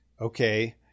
okay